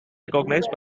recognized